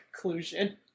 conclusion